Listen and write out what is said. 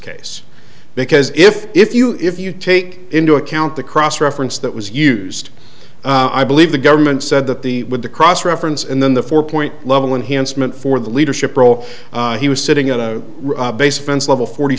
case because if if you if you take into account the cross reference that was used i believe the government said that the with the cross reference and then the four point level enhancement for the leadership role he was sitting in a basement level forty